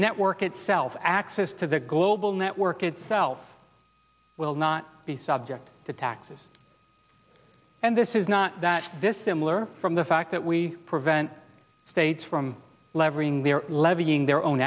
network itself access to the global network itself will not be subject to taxes and this is not that this similar from the fact that we prevent states from levering their levying their own